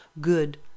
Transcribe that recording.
good